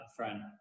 upfront